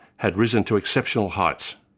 had risen to exceptional heights.